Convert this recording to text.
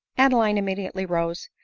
adeline immediately rose.